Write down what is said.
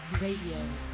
Radio